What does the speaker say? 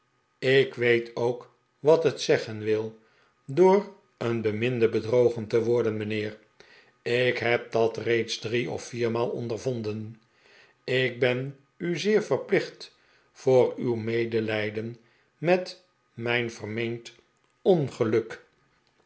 ik weet ook wat het zeggen wil door een beminde bedrogen te worden mijnheer ik heb dat reeds drie of viermaal ondervonden ik ben u zeer verplicht voor uw medelijden met mijn vermeend ongeluk